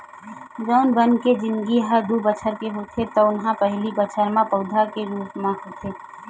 जउन बन के जिनगी ह दू बछर के होथे तउन ह पहिली बछर म पउधा के रूप म होथे